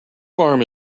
farm